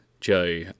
Joe